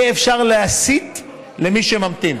יהיה אפשר להסיט ממנו למי שממתין,